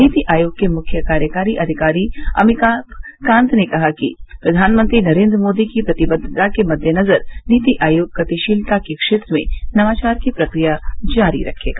नीति आयोग के मुख्य कार्यकारी अधिकारी अभिताभकांत ने कहा कि प्रधानमंत्री नरेन्द्र मोदी की प्रतिबद्वता के मईनजर नीति आयोग गतिशीलता के क्षेत्र में नवाचार की प्रक्रिया जारी रखेगा